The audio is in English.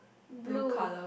blue